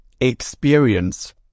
experience